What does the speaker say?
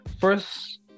First